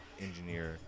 engineer